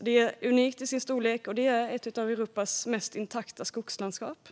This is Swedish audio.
Den är unik i sin storlek och ett av Europas mest intakta skogslandskap,